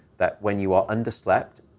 that when you are under slept,